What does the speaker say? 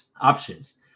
options